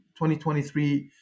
2023